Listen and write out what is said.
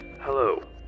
Hello